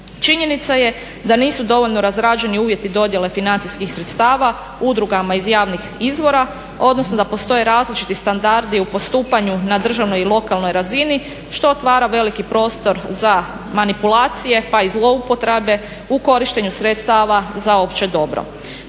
Činjenica je da nisu dovoljno razrađeni uvjeti dodjele financijskih sredstava udrugama iz javnih izvora odnosno da postoje različiti standardi u postupanju na državnoj i lokalnoj razini što otvara veliki prostor za manipulacije pa i zloupotrebe u korištenju sredstava za opće dobro.